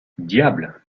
diable